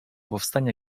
powstania